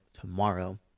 tomorrow